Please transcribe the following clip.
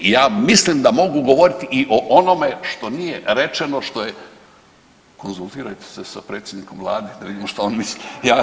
I ja mislim da mogu govoriti i o onome što nije rečeno, što je, konzultirajte se s predsjednikom Vlade da vidimo što on misli.